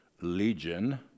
Legion